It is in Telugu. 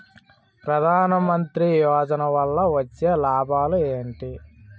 ప్రధాన మంత్రి యోజన వల్ల వచ్చే లాభాలు ఎంటి?